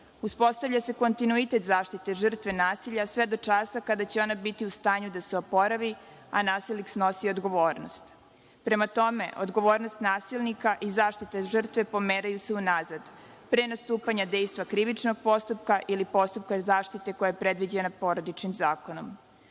Uspostavlja se kontinuitet zaštite žrtve nasilja sve do časa kada će ona biti u stanju da se oporavi a nasilnik snosi odgovornost. Prema tome, odgovornost nasilnika i zaštita žrtve pomeraju se unazad. Pre nastupanja dejstva krivičnog postupka ili postupka zaštite koja je predviđena Porodičnim zakonom.